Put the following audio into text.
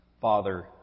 father